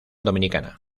dominicana